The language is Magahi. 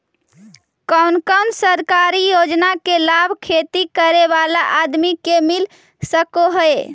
कोन कोन सरकारी योजना के लाभ खेती करे बाला आदमी के मिल सके हे?